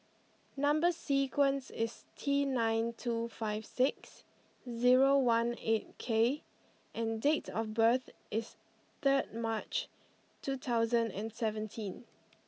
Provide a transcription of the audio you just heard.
number sequence is T nine two five six zero one eight K and date of birth is third March two thousand and seventeen